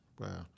Wow